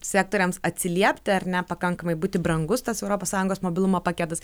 sektoriams atsiliepti ar ne pakankamai būti brangus tas europos sąjungos mobilumo paketas